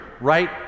Right